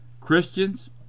Christians